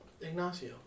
Ignacio